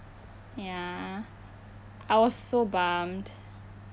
ya I was so bumped